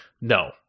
No